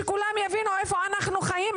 שכולם יבינו איפה אנחנו חיים,